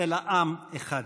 אלא עם אחד.